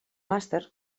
màster